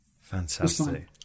Fantastic